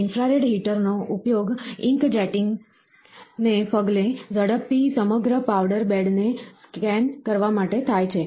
infrared હીટરનો ઉપયોગ ink જેટીંગને પગલે ઝડપથી સમગ્ર પાવડર બેડને સ્કેન કરવા માટે થાય છે